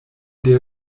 der